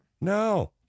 No